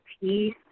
peace